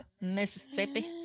Mississippi